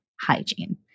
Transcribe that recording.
hygiene